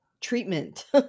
treatment